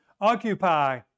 occupy